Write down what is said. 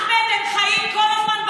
אחמד, הם חיים כל הזמן בעבר.